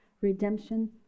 redemption